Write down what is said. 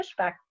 pushback